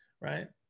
right